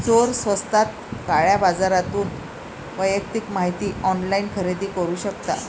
चोर स्वस्तात काळ्या बाजारातून वैयक्तिक माहिती ऑनलाइन खरेदी करू शकतात